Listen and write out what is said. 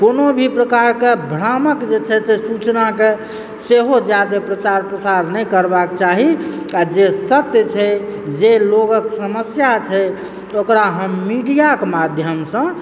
कोनो भी प्रकारकऽ भ्रामक जे छै सूचनाकऽ सेहो ज्यादा प्रचार प्रसार नहि करबाक चाही आ जे सत्य छै जे लोगक समस्या छै ओकरा हम मीडियाक माध्यमसँ